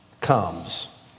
Comes